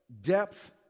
Depth